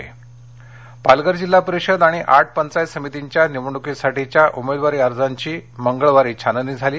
पालघर पालघर जिल्हा परिषद आणि आठ पंचायत समितीच्या निवडणुकीसाठीच्या उमेदवारी अर्जांची मंगळवारी छाननी झाली